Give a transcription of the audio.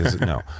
No